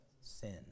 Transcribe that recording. Sin